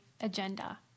agenda